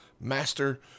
master